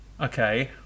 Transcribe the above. Okay